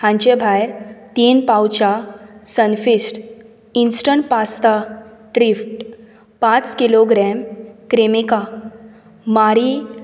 हांचे भायर तीन पावचां सनफीस्ट इन्स्टंट पास्ता ट्रीफ्ट पांच किलोग्राम क्रीमिका मारी